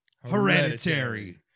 Hereditary